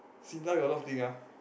Sinda got a lot of thing ah